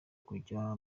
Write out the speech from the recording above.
kujya